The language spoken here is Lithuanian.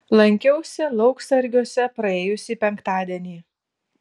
lankiausi lauksargiuose praėjusį penktadienį